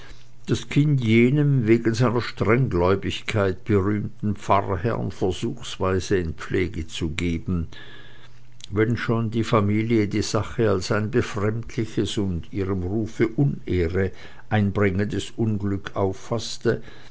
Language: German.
das kind jenem wegen seiner strenggläubigkeit berühmten pfarrherrn versuchsweise in pflege zu geben wenn schon die familie die sache als ein befremdliches und ihrem rufe unehre bringendes unglück auffaßte